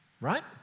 right